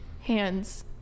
Hands